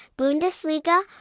Bundesliga